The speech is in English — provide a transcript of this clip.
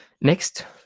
Next